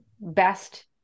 best